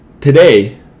today